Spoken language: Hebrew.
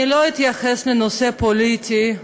אני לא אתייחס לנושא הפוליטי,